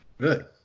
good